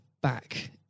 back